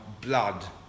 Blood